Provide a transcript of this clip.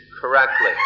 correctly